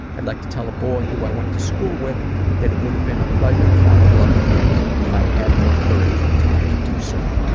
i'd like to tell a boy who i went to school with that it would have been a pleasure to fall in love with him if i'd had more courage and time to do so.